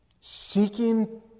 Seeking